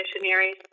missionaries